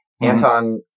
Anton